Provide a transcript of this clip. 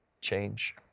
change